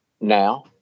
now